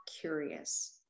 curious